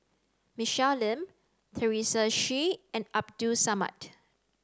Michelle Lim Teresa Hsu and Abdul Samad